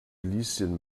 lieschen